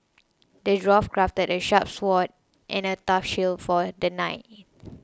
the dwarf crafted a sharp sword and a tough shield for the knight